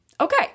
Okay